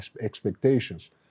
expectations